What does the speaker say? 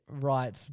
right